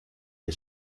que